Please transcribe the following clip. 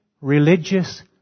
religious